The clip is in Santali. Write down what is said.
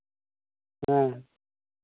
ᱦᱮᱸ